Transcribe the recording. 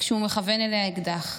כשהוא מכוון אליה אקדח.